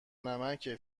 نمکه